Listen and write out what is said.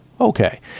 Okay